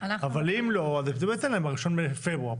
אבל אם לא אז ניתן להם בראשון בפברואר.